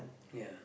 ya